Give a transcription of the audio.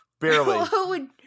barely